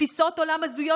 תפיסות עולם הזויות,